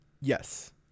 Yes